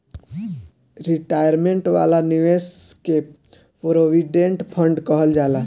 retirement वाला निवेश के प्रोविडेंट फण्ड कहल जाला